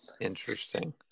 Interesting